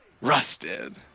rusted